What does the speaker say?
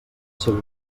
seua